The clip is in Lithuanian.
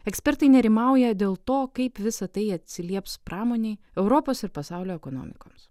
ekspertai nerimauja dėl to kaip visa tai atsilieps pramonei europos ir pasaulio ekonomikoms